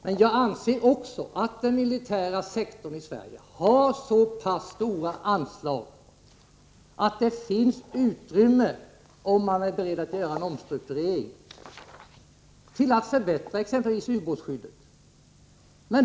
Men jag anser också att den militära sektorn i Sverige har så pass stora anslag att det finns utrymme, om man är beredd att göra en omstrukturering, för att förbättra exempelvis ubåtsskyddet.